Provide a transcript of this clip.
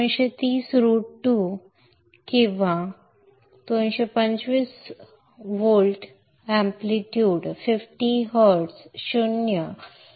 230 रूट2 किंवा 325 व्होल्ट मोठेपणा 50 हर्ट्ज 0 0